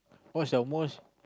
what's your most